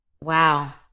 wow